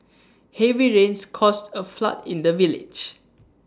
heavy rains caused A flood in the village